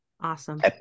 Awesome